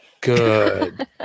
Good